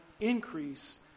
increase